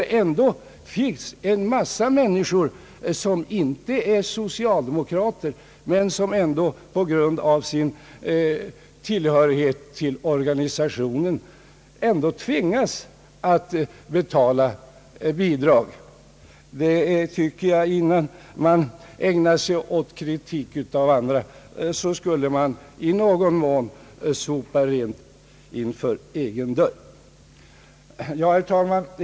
Många av dess medlemmar är inte socialdemokrater men tvingas ändå på grund av sitt medlemskap vara med om att ge bidrag. Innan man ägnar sig åt att kritisera andra borde man, tycker jag, i någon mån sopa rent framför egen dörr. Herr talman!